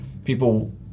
People